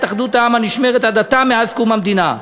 אחדות העם הנשמרת עד עתה מאז קום המדינה.